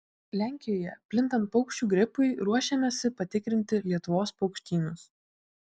lenkijoje plintant paukščių gripui ruošiamasi patikrinti lietuvos paukštynus